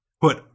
put